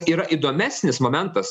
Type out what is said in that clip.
yra įdomesnis momentas